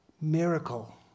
miracle